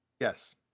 yes